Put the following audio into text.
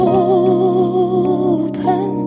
open